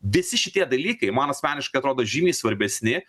visi šitie dalykai man asmeniškai atrodo žymiai svarbesni